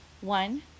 one